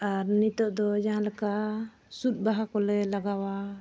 ᱟᱨ ᱱᱤᱛᱳᱜ ᱫᱚ ᱡᱟᱦᱟᱸ ᱞᱮᱠᱟ ᱥᱩᱫ ᱵᱟᱦᱟ ᱠᱚᱞᱮ ᱞᱟᱜᱟᱣᱟ